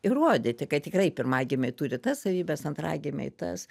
įrodyti kad tikrai pirmagimiai turi tas savybes antragimiai tas